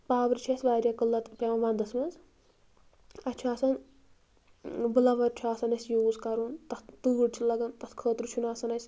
power چھُ اَسہِ واریاہ قلعت پٮ۪وان ونٛدَس منٛز اَسہِ چھُ آسان بٕلَوَر چھُ آسان اَسہِ یوٗز کَرُن تَتھ تۭر چھِ لَگان تَتھ خٲطرٕ چھُنہٕ آسان اَسہِ